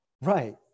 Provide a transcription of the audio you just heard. right